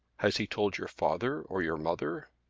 has he told your father or your mother?